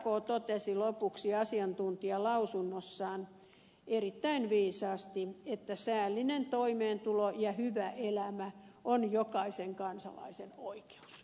sak totesi lopuksi asiantuntijalausunnossaan erittäin viisaasti että säällinen toimeentulo ja hyvä elämä ovat jokaisen kansalaisen oikeus